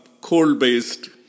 coal-based